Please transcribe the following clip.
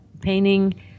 painting